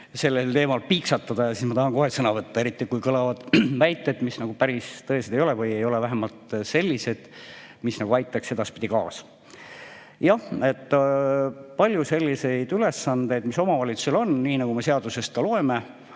sellel teemal piiksatada ja ma tahan kohe sõna võtta, eriti kui kõlavad väited, mis päris tõesed ei ole või on vähemalt sellised, mis ei aita edaspidi kaasa. Jah, palju selliseid ülesandeid on küll omavalitsuste kohustus, nii nagu me seadusest loeme,